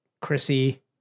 Chrissy